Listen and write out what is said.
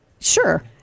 Sure